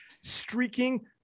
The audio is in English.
streaking